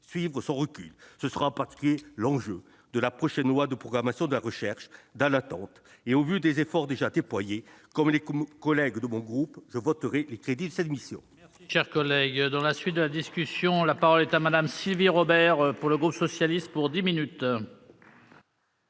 poursuivre son recul. Tel sera en particulier l'enjeu de la prochaine loi de programmation de la recherche. Dans cette attente, et au vu des efforts déjà déployés, comme les collègues de mon groupe, je voterai les crédits de cette mission.